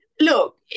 Look